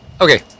Okay